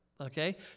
okay